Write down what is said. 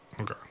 okay